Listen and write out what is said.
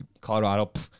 Colorado